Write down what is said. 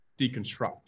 deconstruct